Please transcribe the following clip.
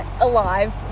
alive